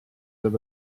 that